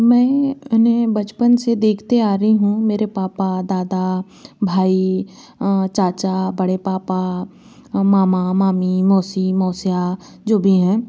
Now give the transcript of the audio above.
मैं अपने बचपन से देखते आ रही हूँ मेरे पापा दादा भाई चाचा बड़े पापा मामा मामी मौसी मौसा जो भी हैं